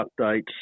updates